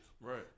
Right